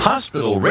Hospital